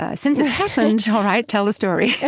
ah since it's happened, all right, tell the story. yeah